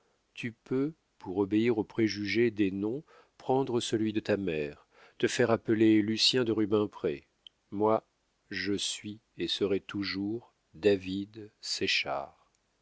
tu peux pour obéir au préjugé des noms prendre celui de ta mère te faire appeler lucien de rubempré moi je suis et serai toujours david